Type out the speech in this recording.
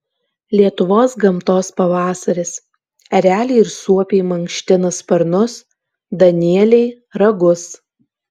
lietuvos gamtos pavasaris ereliai ir suopiai mankština sparnus danieliai ragus